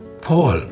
Paul